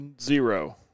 Zero